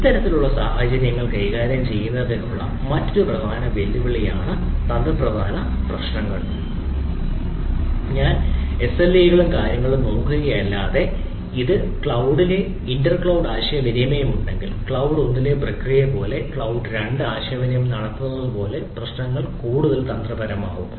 ഇത്തരത്തിലുള്ള സാഹചര്യങ്ങൾ കൈകാര്യം ചെയ്യുന്നതിനുള്ള മറ്റൊരു പ്രധാന വെല്ലുവിളിയാണ് മറ്റ് തന്ത്രപ്രധാനമായ പ്രശ്നങ്ങൾ വരുന്നത് കാരണം ഇന്റർ ക്ലൌഡ് ആശയവിനിമയം ഉണ്ടെങ്കിൽ ക്ലൌഡ് 1 ലെ ഒരു പ്രക്രിയ പോലെ ക്ലൌഡ് 2 ആശയവിനിമയം നടത്തുന്നത് പോലെ പ്രശ്നങ്ങൾ കൂടുതൽ തന്ത്രപരമാകും